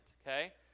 okay